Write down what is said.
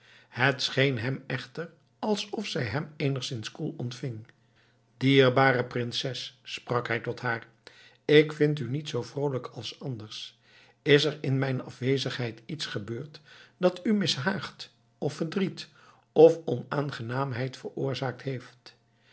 scheen hem echter alsof zij hem eenigszins koel ontving dierbare prinses sprak hij tot haar ik vind u niet zoo vroolijk als anders is er in mijn afwezigheid iets gebeurd dat u mishaagd of verdriet of onaangenaamheid veroorzaakt heeft